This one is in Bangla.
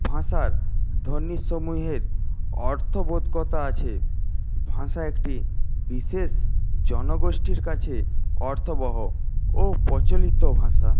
ভাষার ধ্বনি সমূহের অর্থবোধকতা আছে ভাষা একটি বিশেষ জনগোষ্ঠীর কাছে অর্থবহ ও প্রচলিত ভাষা